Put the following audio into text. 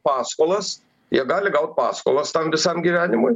paskolas jie gali gaut paskolas tam visam gyvenimui